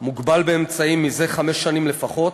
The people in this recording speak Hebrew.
מוגבל באמצעים חמש שנים לפחות,